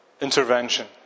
intervention